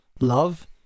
love